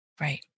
Right